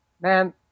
man